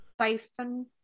Siphon